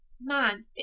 man